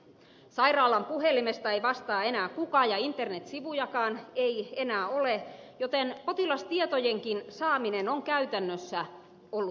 sairaalan puhelimesta ei vastaa enää kukaan ja internetsivujakaan ei enää ole joten potilastietojenkin saaminen on käytännössä ollut vaikeaa